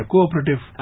Cooperative